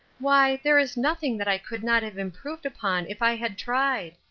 why, there is nothing that i could not have improved upon if i had tried.